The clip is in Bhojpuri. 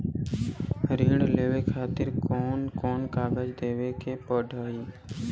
ऋण लेवे के खातिर कौन कोन कागज देवे के पढ़ही?